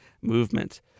movement